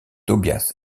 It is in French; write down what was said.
tobias